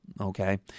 okay